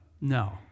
No